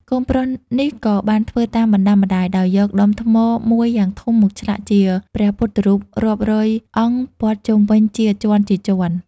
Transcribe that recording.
កូនប្រុសនេះក៏បានធ្វើតាមបណ្ដាំម្ដាយ ដោយយកដុំថ្មមួយយ៉ាងធំមកឆ្លាក់ជាព្រះពុទ្ធរូបរាប់រយអង្គព័ទ្ធជុំវិញជាជាន់ៗ។